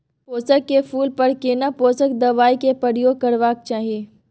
रहर के फूल पर केना पोषक दबाय के प्रयोग करबाक चाही?